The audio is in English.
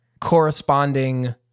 corresponding